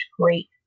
great